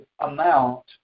amount